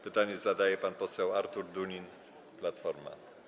Pytanie zadaje pan poseł Artur Dunin, Platforma.